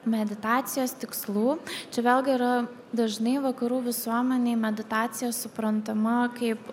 meditacijos tikslų čia vėlgi yra dažnai vakarų visuomenėj meditacija suprantama kaip